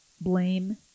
blame